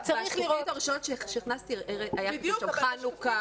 בשקופיות הראשונות שהכנסתי היה כתוב שם: חנוכה,